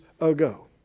ago